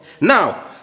Now